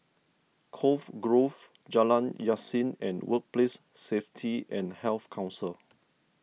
Cove Grove Jalan Yasin and Workplace Safety and Health Council